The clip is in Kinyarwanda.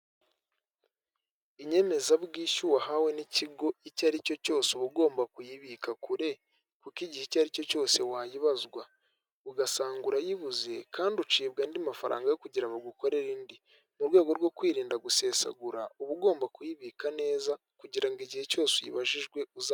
Inyemezabwishyu wahawe n'ikigo icyo ari cyo cyose uba ugomba kuyibika kure, kuko igihe icyo ari cyo cyose wayibazwa, ugasanga urayibuze kandi ucibwa andi mafaranga yo kugira ngo bagukorere indi. Mu rwego rwo kwirinda gusesagura, uba ugomba kuyibika neza kugira ngo igihe cyose uyibajijwe uza